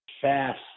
fast